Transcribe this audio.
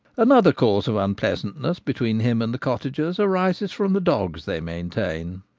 another cause of unpleasantness between him and the cottagers arises from the dogs they maintain,